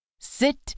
Sit